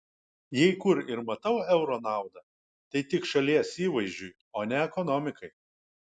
jei kur ir matau euro naudą tai tik šalies įvaizdžiui o ne ekonomikai